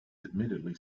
admittedly